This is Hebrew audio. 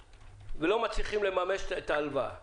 יכלו לשבת ולהשקיע בזה את המחשבה ולהוציא אותנו